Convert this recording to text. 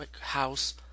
house